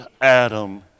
Adam